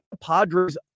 Padres